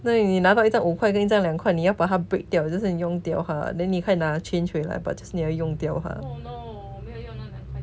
所以你拿到一张五块更一张两块你要把它 break 掉就是用掉它 then 你可以拿 change 回来 but just 你要用掉它